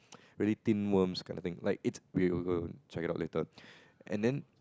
really thin worms kind of thing like it's check it out later and then